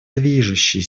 движущей